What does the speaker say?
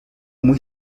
muy